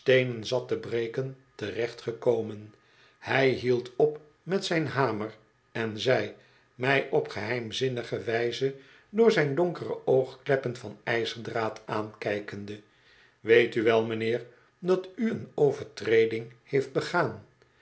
steenen zat te breken terecht gekomen hij hield op met zijn hamer en zei mij op geheimzinnige wijze door zijn donkere oogkleppen van ijzerdraad aankijkende weet u wel mijnheer dat u een overtreding heeft begaan